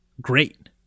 great